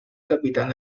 capitán